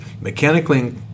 mechanically